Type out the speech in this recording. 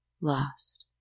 Lost